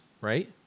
Right